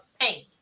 pain